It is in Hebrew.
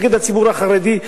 נגד הציבור החרדי,